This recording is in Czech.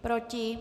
Proti?